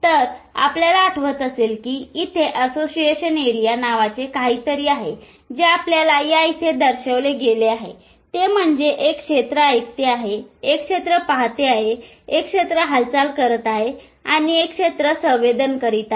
तरआपल्याला आठवत असेल की इथे असोसिएशन एरिया नावाचे काहीतरी आहे जे आपल्याला या इथे दर्शविले गेले आहे ते म्हणजे एक क्षेत्र ऐकत आहे एक क्षेत्र पहात आहे एक क्षेत्र हालचाल करत आहे आणि एक क्षेत्र संवेदन करीत आहे